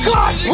God